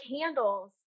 candles